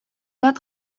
bat